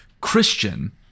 Christian